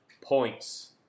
points